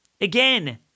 Again